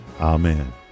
Amen